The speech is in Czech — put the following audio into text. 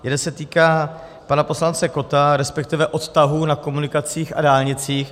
Jeden se týká pana poslance Kotta, resp. odtahů na komunikacích a dálnicích.